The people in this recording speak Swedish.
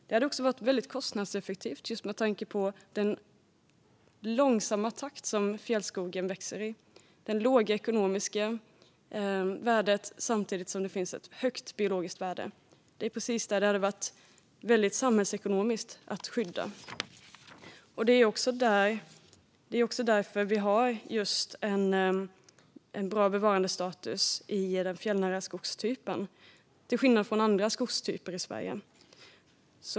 Det hade också varit väldigt kostnadseffektivt med tanke på den långsamma takt som fjällskogen växer i. Det ekonomiska värdet är lågt samtidigt som det finns ett högt biologiskt värde. Det hade varit väldigt samhällsekonomiskt att skydda den. Det är också därför vi har en bra bevarandestatus i den fjällnära skogstypen, till skillnad från i andra skogstyper i Sverige.